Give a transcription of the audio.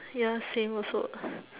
ya same also